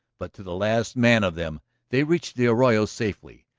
but to the last man of them they reached the arroyo safely,